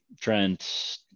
Trent